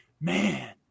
Man